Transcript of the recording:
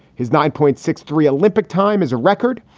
his nine point six three olympic time is a record.